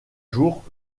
jours